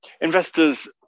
investors